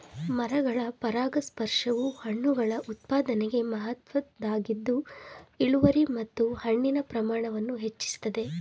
ಮರಗಳ ಪರಾಗಸ್ಪರ್ಶವು ಹಣ್ಣುಗಳ ಉತ್ಪಾದನೆಗೆ ಮಹತ್ವದ್ದಾಗಿದ್ದು ಇಳುವರಿ ಮತ್ತು ಹಣ್ಣಿನ ಪ್ರಮಾಣವನ್ನು ಹೆಚ್ಚಿಸ್ತದೆ